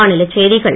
மாநிலச் செய்திகள்